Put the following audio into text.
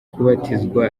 kubatizwa